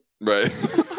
Right